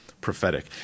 prophetic